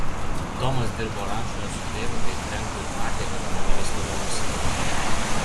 tomas dirbo rančoje su tėvu bei frenku ir matė kad žmona vis labiau nusimena